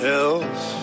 else